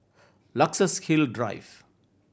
Luxus Hill Drive